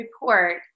report